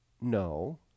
No